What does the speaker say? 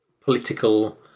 political